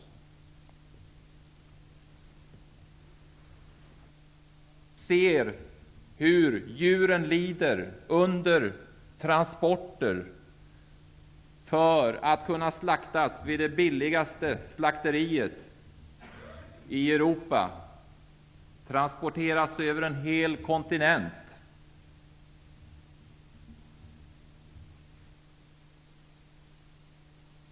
Vi måste se hur djuren lider under transporter till det billigaste slakteriet i Europa. De transporteras över en hel kontinent.